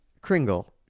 Kringle